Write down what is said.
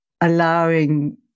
allowing